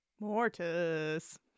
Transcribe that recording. Mortis